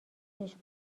عشق